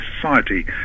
society